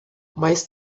mais